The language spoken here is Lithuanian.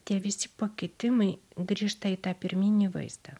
tie visi pakitimai grįžta į tą pirminį vaizdą